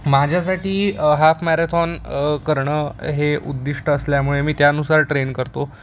माझ्यासाठी half marathon करणं हे उद्दिष्ट असल्यामुळे मी त्यानुसार ट्रेन करतो